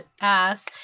ass